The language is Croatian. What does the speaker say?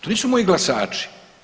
To nisu moji glasači.